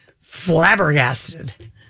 flabbergasted